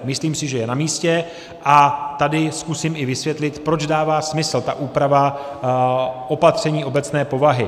Myslím si, že je namístě, a tady zkusím i vysvětlit, proč dává smysl ta úprava opatření obecné povahy.